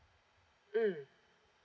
mm